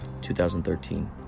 2013